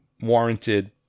warranted